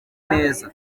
meza